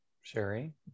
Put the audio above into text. Sherry